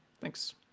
Thanks